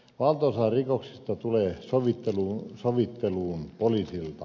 valtaosa rikoksista tulee sovitteluun poliisilta